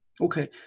okay